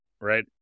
right